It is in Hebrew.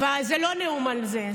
נאום על זה.